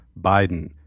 Biden